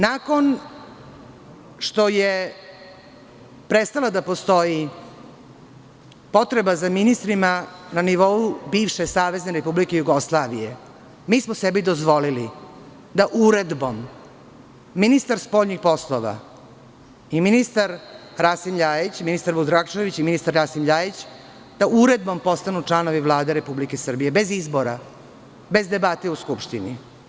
Nakon što je prestala da postoji potreba za ministrima na nivou bivše Savezne Republike Jugoslavije, mi smo sebi dozvolili da uredbom ministar spoljnih poslova Vuk Drašković i ministar Rasim Ljajić postanu članovi Vlade Republike Srbije, bez izbora, bez debate u Skupštini.